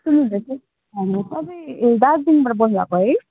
सुन्नुहोस् त भन्नुहोस् तपाईँ दार्जिलिङबाट बोल्नुभएको है